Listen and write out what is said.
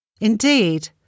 Indeed